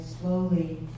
slowly